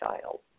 child